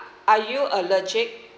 are you allergic